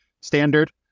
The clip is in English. standard